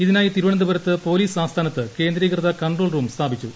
ഇതിനായി തിരുവനന്തപുരത്ത് പോലീസ് ആസ്ഥാനത്ത് കേന്ദ്രീകൃത കൺട്രോൾ റൂം സ്ഥാപിച്ചു